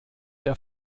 der